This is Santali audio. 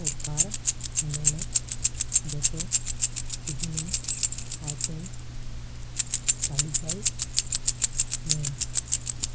ᱚᱯᱷᱟᱨ ᱢᱮᱱᱟᱜ ᱡᱚᱛᱚ ᱥᱤᱡᱤᱱᱤᱝ ᱟᱭᱴᱮᱢᱥ ᱛᱟᱹᱞᱤᱠᱟᱭ ᱢᱮ